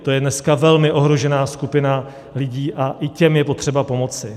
To je dneska velmi ohrožená skupina lidí a i těm je potřeba pomoci.